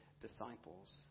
disciples